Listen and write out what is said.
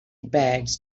bags